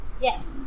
Yes